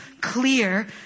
clear